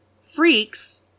Freaks